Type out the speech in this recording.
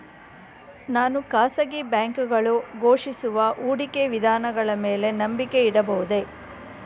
ನಾನು ಖಾಸಗಿ ಬ್ಯಾಂಕುಗಳು ಘೋಷಿಸುವ ಹೂಡಿಕೆ ವಿಧಾನಗಳ ಮೇಲೆ ನಂಬಿಕೆ ಇಡಬಹುದೇ?